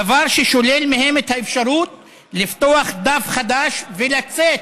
הדבר שולל מהם אפשרות לפתוח דף חדש ולצאת